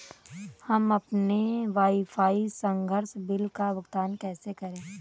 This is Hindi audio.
हम अपने वाईफाई संसर्ग बिल का भुगतान कैसे करें?